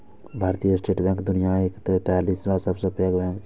भारतीय State Bank दुनियाक तैंतालिसवां सबसं पैघ बैंक छियै